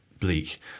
bleak